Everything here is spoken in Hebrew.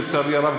לצערי הרב,